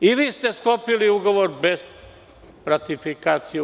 I vi ste sklopili ugovor bez ratifikacije.